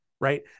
right